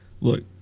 Look